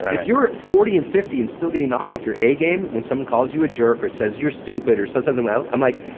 if you're at forty and fifty and still getting knocked off your a game when someone calls you a jerk, or says you're stupid, or says something else, i'm like,